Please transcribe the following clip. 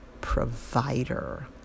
provider